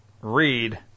read